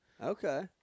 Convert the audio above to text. Okay